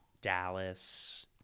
Dallas